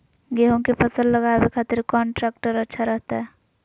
गेहूं के फसल लगावे खातिर कौन ट्रेक्टर अच्छा रहतय?